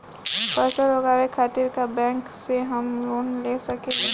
फसल उगावे खतिर का बैंक से हम लोन ले सकीला?